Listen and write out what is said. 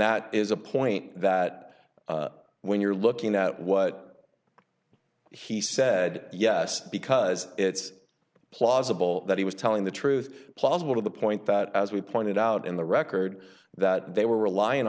that is a point that when you're looking at what he said yes because it's plausible that he was telling the truth plausible to the point that as we pointed out in the record that they were relying